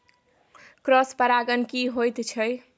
Cross परागण की होयत छै?